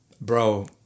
bro